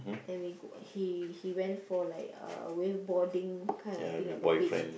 then we go he he went for like uh wave boarding kind of thing at the beach